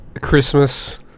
Christmas